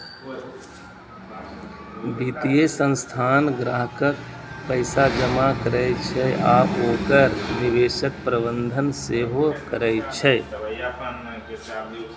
वित्तीय संस्थान ग्राहकक पैसा जमा करै छै आ ओकर निवेशक प्रबंधन सेहो करै छै